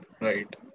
Right